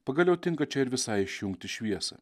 pagaliau tinka čia ir visai išjungti šviesą